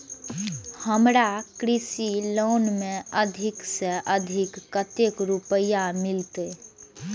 हमरा कृषि लोन में अधिक से अधिक कतेक रुपया मिलते?